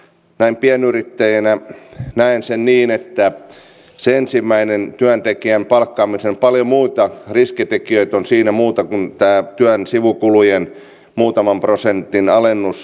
näin pienyrittäjänä näen sen niin että sen ensimmäisen työntekijän palkkaamisessa on paljon muitakin riskitekijöitä kuin tämä työn sivukulujen muutaman prosentin alennus